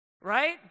right